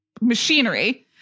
Machinery